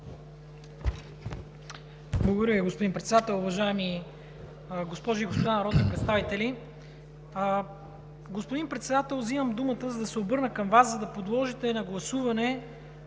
Благодаря Ви, господин Председател, уважаеми госпожи и господа народни представители! Господин Председател, взимам думата, за да се обърна към Вас, за да подложите на гласуване